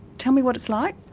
tell me what it's like.